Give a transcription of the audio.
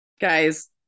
guys